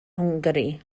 hwngari